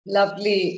Lovely